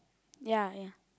ya ya